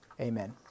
amen